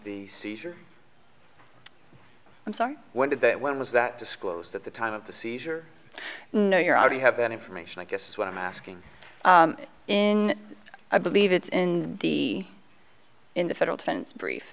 the seizure i'm sorry when did that when was that disclosed at the time of the seizure i know you're already have that information i guess what i'm asking in i believe it's in the in the federal defense brief